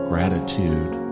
gratitude